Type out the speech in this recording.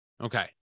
Okay